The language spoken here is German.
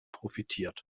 profitiert